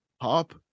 pop